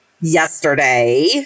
yesterday